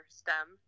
stem